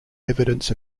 evidence